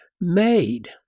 made